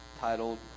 titled